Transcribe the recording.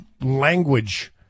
language